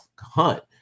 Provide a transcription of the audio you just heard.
hunt